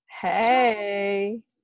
Hey